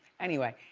anyway,